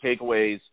takeaways